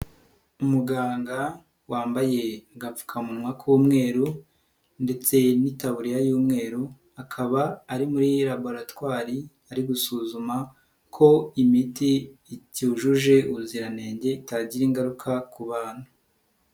Umuganga wambaye agapfukamunwa k'umweru ndetse n'itaburiya y'umweru, akaba ari muri laboratwari ari gusuzuma ko imiti itujuje ubuziranenge, itagira ingaruka ku bantu.